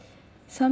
some